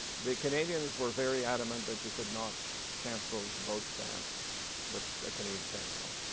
the canadians were very adamant that you could not cancel both stamps with the canadian cancel.